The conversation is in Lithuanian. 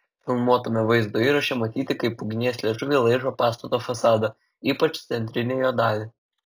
filmuotame vaizdo įraše matyti kaip ugnies liežuviai laižo pastato fasadą ypač centrinę jo dalį